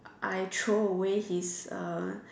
I throw away his uh